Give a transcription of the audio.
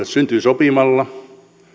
syntyy sopimalla